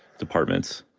departments,